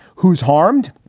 who's harmed?